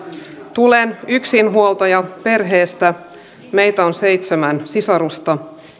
tulen yksinhuoltajaperheestä meitä on seitsemän sisarusta